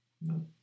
No